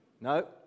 No